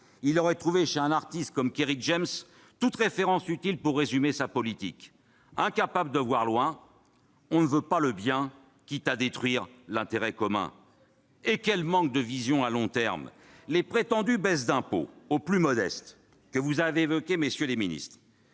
il aurait trouvé chez un artiste comme Kerry James une référence utile pour résumer sa politique :« Incapables de voir loin, on veut pas le bien, quitte à détruire l'intérêt commun. » Et quel manque de vision à long terme ! Les prétendues baisses d'impôts en faveur des plus modestes que le Gouvernement